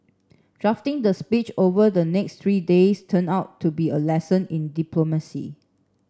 drafting the speech over the next three days turned out to be a lesson in diplomacy